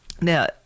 Now